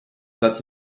dat